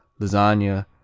lasagna